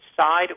side